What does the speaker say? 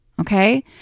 Okay